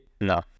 No